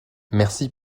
merci